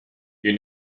you